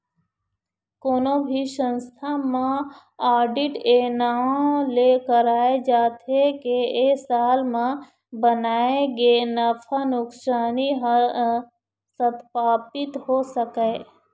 कोनो भी संस्था म आडिट ए नांव ले कराए जाथे के ए साल म बनाए गे नफा नुकसानी ह सत्पापित हो सकय